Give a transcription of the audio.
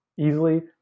easily